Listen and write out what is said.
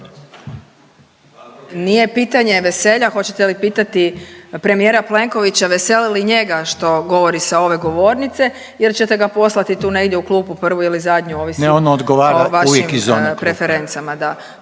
Nije pitanje veselja, hoćete li pitati premijera Plenkovića veseli li njega što govori sa ove govornice jer ćete ga poslati tu negdje u klupu prvu ili zadnju, ovisi o vašim …